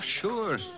sure